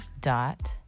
dot